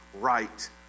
right